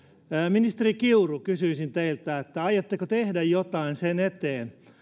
ministeri kiuru kysyisin teiltä aiotteko tehdä jotain sen eteen